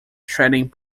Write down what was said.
trading